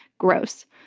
gross.